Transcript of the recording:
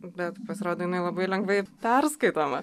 bet pasirodo jinai labai lengvai perskaitoma